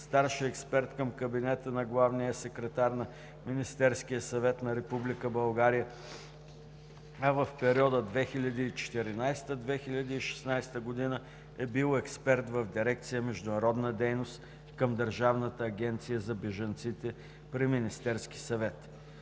старши експерт към кабинета на Главния секретар на Министерския съвет на Република България, а в периода 2014 – 2016 г. е бил експерт в дирекция „Международна дейност“ към Държавната агенция за бежанците при Министерския съвет.